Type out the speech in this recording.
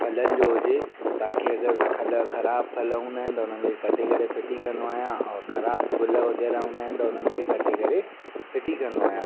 फलनि जो हुजे ताकि अगरि खल ख़राबु फल हूंदा आहिनि त हुननि खे कटे करे फिटी कंदो आहियां और ख़राबु गुल वग़ैरह हूंदा आहिनि त उन्हनि खे कटे करे फिटी कंदो आहियां